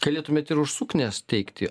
galėtumėt ir už suknias teikti